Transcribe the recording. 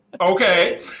okay